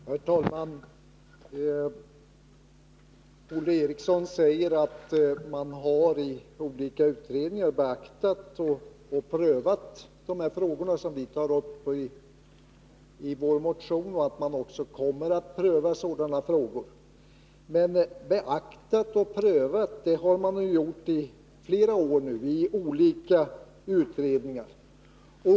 Herr talman! Olle Eriksson säger att man i olika utredningar har beaktat och prövat de här frågorna, som vi tar upp i vår motion, och att man också kommer att pröva sådana frågor. Men beaktat och prövat, det har man ju gjort i flera år nu, i olika utredningar.